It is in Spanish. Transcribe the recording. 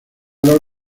los